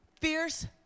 fierce